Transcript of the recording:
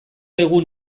egun